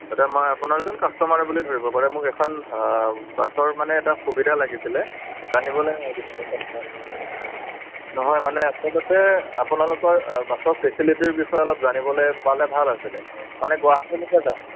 দাদা মই আপোনাৰ এজন কাষ্টমাৰ বুলিয়ে ধৰিব পাৰে মোক এখন বাছৰ মানে এটা সুবিধা লাগিছিলে জানিবলৈ লাগিছিলে কথা এটা নহয় মানে আচলতে আপোনালোকৰ বাছৰ ফেচিলিটীৰ বিষয়ে অলপ জানিবলৈ পালে ভাল আছিলে মানে গুৱাহাটীলৈকে যাম